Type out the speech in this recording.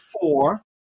four